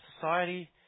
society